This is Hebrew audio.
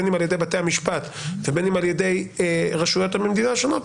בין אם על ידי בתי המשפט ובין אם על ידי רשויות המדינה השונות,